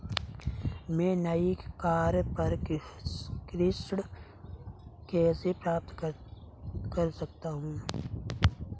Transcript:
मैं नई कार पर ऋण कैसे प्राप्त कर सकता हूँ?